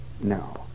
No